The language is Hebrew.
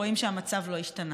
ורואים שהמצב לא השתנה.